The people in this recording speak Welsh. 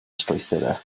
strwythurau